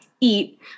eat